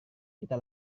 kita